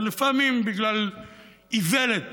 לפעמים בגלל איוולת